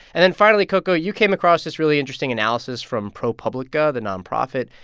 and then finally, coco, you came across this really interesting analysis from propublica, the nonprofit,